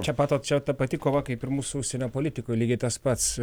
čia pat o čia ta pati kova kaip ir mūsų užsienio politikoj lygiai tas pats